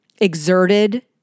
exerted